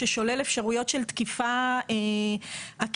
ששולל אפשרויות של תקיפה עקיפה,